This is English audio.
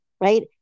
right